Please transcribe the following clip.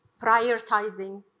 prioritizing